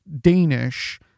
danish